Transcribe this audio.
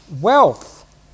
wealth